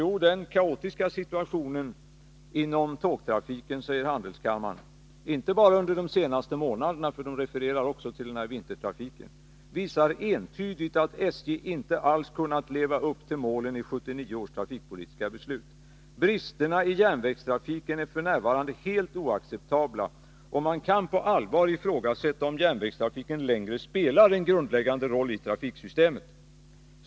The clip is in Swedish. Jo, den kaotiska situationen inom tågtrafiken, inte bara under de senaste månaderna, man refererar också till vintertrafiken — visar entydigt att SJ inte alls kunnat leva upp till målen i 1979 års trafikpolitiska beslut. Bristerna i järnvägstrafiken är f. n. helt oacceptabla, och man kan på allvar ifrågasätta om järnvägstrafiken längre spelar en grundläggande roll i trafiksystemet.